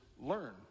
learn